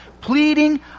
pleading